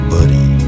Buddy